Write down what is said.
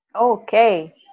Okay